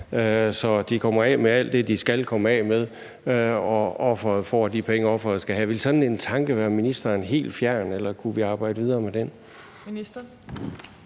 så de kommer af med alt det, de skal komme af med, og offeret får de penge, offeret skal have, vil jeg spørge: Vil sådan en tanke være ministeren helt fjern, eller kunne vi arbejde videre med den?